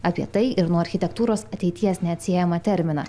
apie tai ir nuo architektūros ateities neatsiejamą terminą